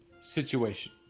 situation